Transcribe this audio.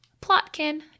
Plotkin